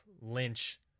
Lynch